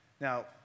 Now